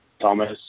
Thomas